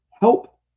help